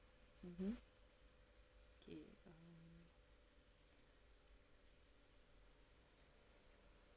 mmhmm okay um